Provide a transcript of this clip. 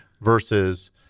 versus